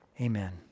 amen